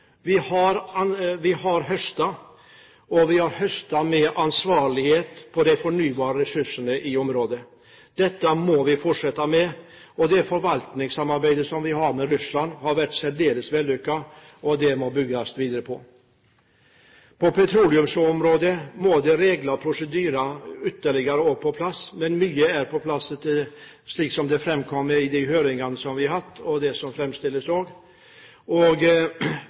Vi har høstet, og vi har høstet med ansvarlighet av de fornybare ressursene i området. Dette må vi fortsette med. Det forvaltningssamarbeidet vi har med Russland, har vært særdeles vellykket. Det må det bygges videre på. På petroleumsområdet må det regler og prosedyrer på plass. Mye er på plass, slik som det framkom i de høringene vi har hatt. Og vi har god erfaring fra sokkelen, fra Nordsjøen, med hvordan man fordeler de ressursene som